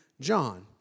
John